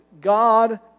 God